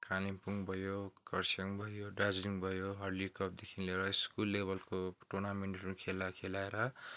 कालिम्पोङ भयो कर्सियङ भयो दार्जिलिङ भयो हर्ली क्लबदेखि लिएर स्कुल लेबलको टोर्नामेन्टहरूको खेला खेलाएर